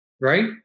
right